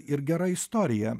ir gera istorija